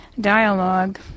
dialogue